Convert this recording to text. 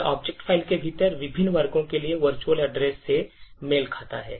यह object file के भीतर विभिन्न वर्गों के लिए virtual address से मेल खाता है